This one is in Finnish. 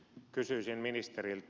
kysyisin ministeriltä